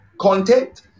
content